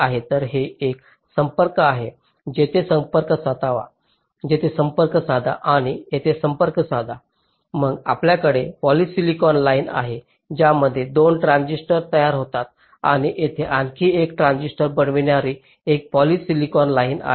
तर येथे एक संपर्क आहे येथे संपर्क साधावा येथे संपर्क साधा आणि येथे संपर्क साधा मग आपल्याकडे पॉलिसीसिलॉन लाइन आहे ज्यामध्ये 2 ट्रांजिस्टर तयार होतात आणि तिथे आणखी एक ट्रांझिस्टर बनविणारी एक पॉलिझिलिकन लाईन आहे